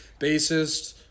bassist